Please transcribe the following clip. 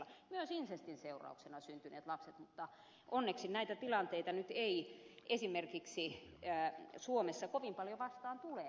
myös insestin seurauksena syntyneet lapset mutta onneksi näitä tilanteita nyt ei esimerkiksi suomessa kovin paljon vastaan tule